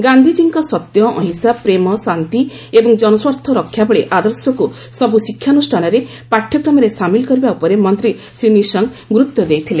ଗାନ୍ଧିଜୀଙ୍କ ସତ୍ୟ ଅହିଂସା ପ୍ରେମ ଶାନ୍ତି ଏବଂ ଜନସ୍ୱାର୍ଥ ରକ୍ଷା ଭଳି ଆଦର୍ଶକୁ ସବୁ ଶିକ୍ଷାନୁଷ୍ଠାନରେ ପାଠ୍ୟକ୍ରମରେ ସାମିଲ୍ କରିବା ଉପରେ ମନ୍ତ୍ରୀ ଶ୍ରୀ ନିଶଙ୍କ ଗୁରୁତ୍ୱ ଦେଇଥିଲେ